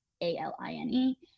A-L-I-N-E